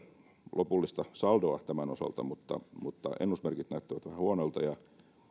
lopullista saldoa tämän osalta mutta mutta ennusmerkit näyttävät vähän huonoilta ja